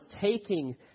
taking